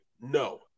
No